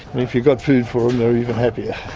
if you've got food for them, they're even happier.